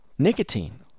nicotine